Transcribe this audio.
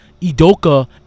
Idoka